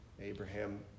Abraham